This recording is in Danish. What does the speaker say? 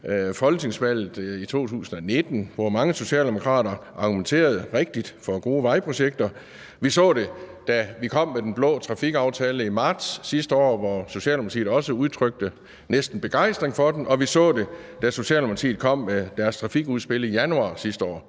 folketingsvalget i 2019, hvor mange socialdemokrater argumenterede godt for gode vejprojekter; vi så det, da vi kom med den blå trafikaftale i marts sidste år, hvor Socialdemokratiet også udtrykte noget nær begejstring for den; og vi så det, da Socialdemokratiet i januar sidste år